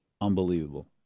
unbelievable